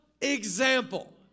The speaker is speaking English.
example